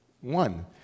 One